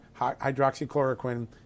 hydroxychloroquine